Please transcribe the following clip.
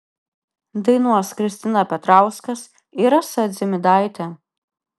dainuos kristina petrauskas ir rasa dzimidaitė